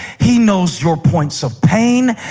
he knows your points of pain.